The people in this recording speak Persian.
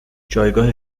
جایگاه